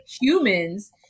humans